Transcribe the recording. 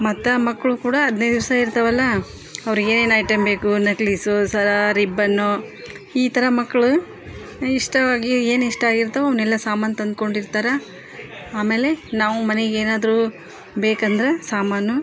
ಮತ್ತು ಮಕ್ಕಳು ಕೂಡ ಹದ್ನೈದು ದಿವಸ ಇರ್ತವಲ್ಲ ಅವ್ರಿಗೆ ಏನೇನು ಐಟಮ್ ಬೇಕು ನಕ್ಲೀಸು ಸರ ರಿಬ್ಬನು ಈ ಥರ ಮಕ್ಕಳ ಇಷ್ಟವಾಗಿ ಏನು ಇಷ್ಟ ಆಗಿರ್ತವೆ ಅವನ್ನೆಲ್ಲ ಸಾಮಾನು ತಂದ್ಕೊಂಡಿರ್ತಾರೆ ಆಮೇಲೆ ನಾವು ಮನೆಗೆ ಏನಾದರೂ ಬೇಕಂದ್ರೆ ಸಾಮಾನು